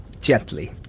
gently